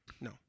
no